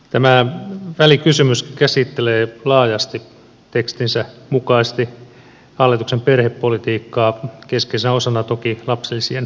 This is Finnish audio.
tämä välikysymys käsittelee laajasti tekstinsä mukaisesti hallituksen perhepolitiikkaa keskeisenä osana toki lapsilisien leikkaamista